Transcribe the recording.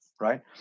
Right